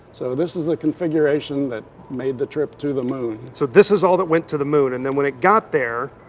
so this is the configuration that made the trip to the moon. so this is all that went to the moon, and then when it got there,